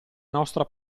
nostra